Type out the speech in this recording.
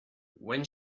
when